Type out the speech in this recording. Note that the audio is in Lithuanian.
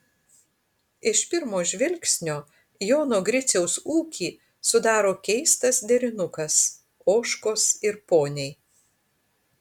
iš pirmo žvilgsnio jono griciaus ūkį sudaro keistas derinukas ožkos ir poniai